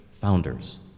founders